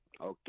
Okay